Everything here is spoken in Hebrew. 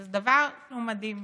שזה דבר שהוא מדהים.